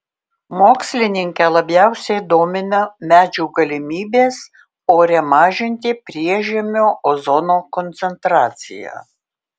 mokslininkę labiausiai domina medžių galimybės ore mažinti priežemio ozono koncentraciją